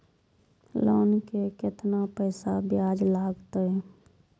Loan के केतना पैसा ब्याज लागते?